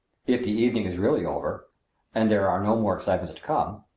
if the evening is really over and there are no more excitements to come,